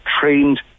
trained